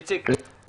איציק,